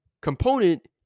component